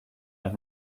have